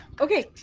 okay